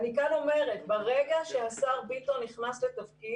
אני כאן אומרת: ברגע שהשר ביטון נכנס לתפקיד,